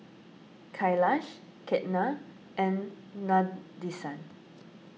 Kailash Ketna and Nadesan